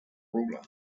ruler